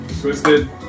Twisted